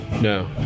No